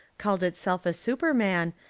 called itself a superman,